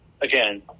again